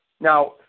Now